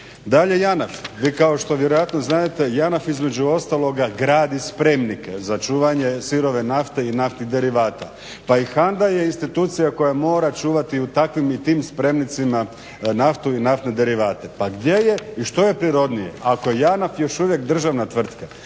Dalje JANAH, vi kao što vjerojatno znadete JANAH između ostaloga gradi spremnike za čuvanje sirove nafte i naftnih derivata. Pa i HANDA je institucija koja mora čuvati u takvim i tim spremnicima naftu i naftne derivate. Pa gdje je i što je prirodnije ako JANAF još uvijek državna tvrtka